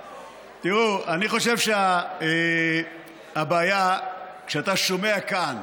אני חושב שהבעיה היא כשאתה שומע כאן